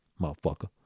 Motherfucker